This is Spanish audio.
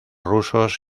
rusos